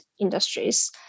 industries